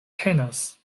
tenas